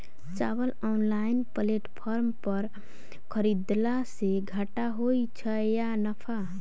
चावल online platform पर खरीदलासे घाटा होइ छै या नफा?